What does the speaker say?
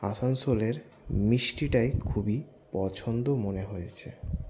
আসানসোলের মিষ্টিটাই খুবই পছন্দ মনে হয়েছে